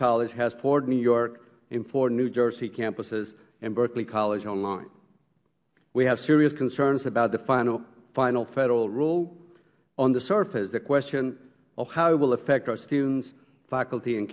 college has four new york and four new jersey campuses and berkeley college online we have serious concerns about the final federal rule on the surface the question of how it will affect our students faculty and